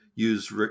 Use